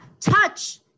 Touch